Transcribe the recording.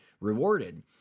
rewarded